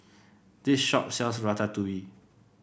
this shop sells Ratatouille